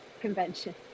Convention